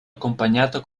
accompagnato